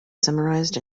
summarized